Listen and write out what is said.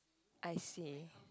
I see